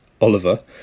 Oliver